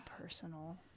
personal